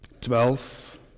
Twelve